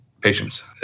patients